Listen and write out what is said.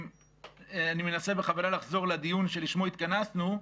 אני מנסה בכוונה לחזור לדיון שלשמו התכנסנו.